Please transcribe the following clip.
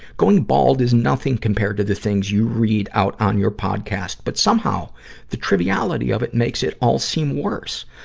going bald is nothing compared to the things you read out on your podcast, but somehow the triviality of it makes it all seem worse.